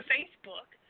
Facebook